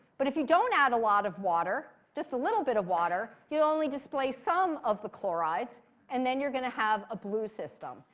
but if you don't add a lot of water, just a little bit of water, you'll only display some of the chlorides. and then you're going to have a blue system.